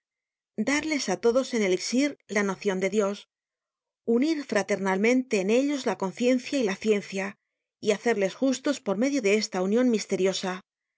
darles á todos en elixir la nocion de dios unir fraternalmente en ellos la conciencia y la ciencia y hacerles justos por medio de esta union misteriosa